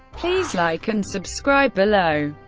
please like and subscribe below.